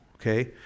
okay